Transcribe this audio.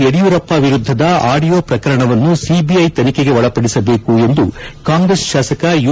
ಯಡಿಯೂರಪ್ಪ ವಿರುದ್ದದ ಆಡಿಯೊ ಪ್ರಕರಣವನ್ನು ಸಿಬಿಐ ತನಿಖೆಗೆ ಒಳಪಡಿಸಬೇಕು ಎಂದು ಕಾಂಗ್ರೆಸ್ ಶಾಸಕ ಯು